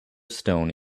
stone